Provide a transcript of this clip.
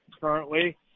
currently